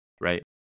right